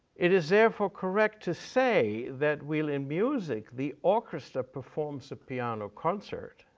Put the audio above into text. it is therefore correct to say that while in music the orchestra performs a piano concert,